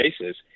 basis